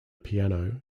piano